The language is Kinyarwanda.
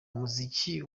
umuziki